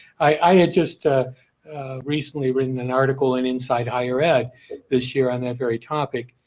i had just ah recently written an article in inside higher ed this year on that very topic.